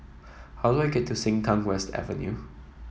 how do I get to Sengkang West Avenue